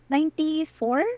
Ninety-four